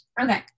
okay